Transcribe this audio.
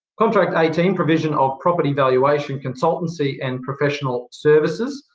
contract eighteen, provision of property valuation consultancy and professional services.